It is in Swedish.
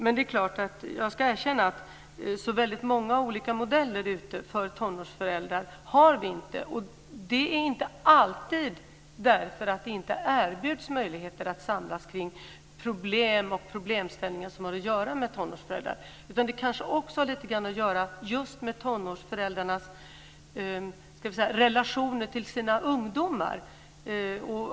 Men jag ska erkänna att vi inte har särskilt många modeller för tonårsföräldrar. Det är inte alltid därför att det inte erbjuds möjligheter att samlas kring problem som har att göra med tonårsföräldrar, utan det kanske också har att göra med tonårsföräldrarnas relation till sina ungdomar.